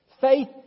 Faith